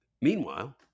Meanwhile